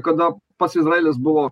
kada pats izraelis buvo